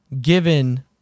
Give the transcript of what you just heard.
given